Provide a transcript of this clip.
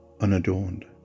unadorned